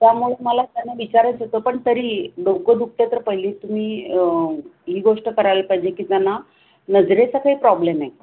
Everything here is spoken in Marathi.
त्यामुळे मला त्यांना विचारायचं होतं पण तरी डोकं दुखतं तर पहिली तुम्ही ही गोष्ट करायला पाहिजे की त्यांना नजरेचा काही प्रॉब्लेम आहे का